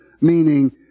meaning